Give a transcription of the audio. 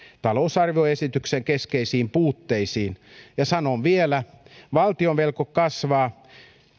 talousarvioesityksen keskeisiin puutteisiin ja sanon vielä valtionvelka kasvaa